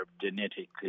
genetically